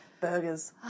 Burgers